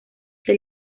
que